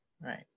right